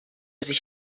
sich